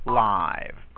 live